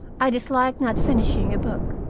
i dislike not finishing a book.